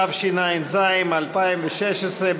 התשע"ז 2016,